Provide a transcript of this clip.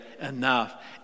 Enough